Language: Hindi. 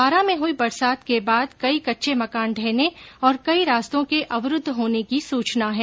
बारां में हुई बरसात के बाद कई कच्चे मकान ढहने और कई रास्तों के अवरुद्व होने की सूचना है